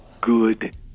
good